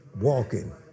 Walking